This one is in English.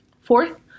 fourth